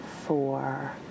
four